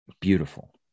Beautiful